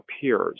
peers